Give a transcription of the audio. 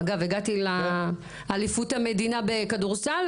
אגב הגעתי לאליפות המדינה בכדורסל,